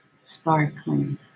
sparkling